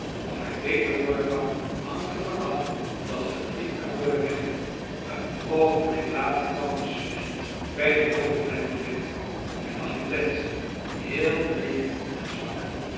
of hij beter worden kan hangt er van af of dat verdriet kan worden weggenomen een oogenblik later kwam de student bij den overblijver binnen hij lag in bed heel bleek en zwak